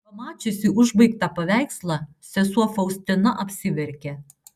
pamačiusi užbaigtą paveikslą sesuo faustina apsiverkė